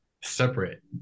separate